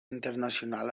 internacional